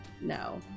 no